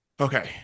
okay